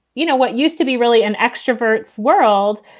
you know, what used to be really an extrovert world.